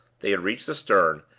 they had reached the stern,